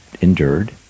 endured